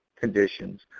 conditions